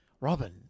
Robin